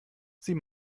sie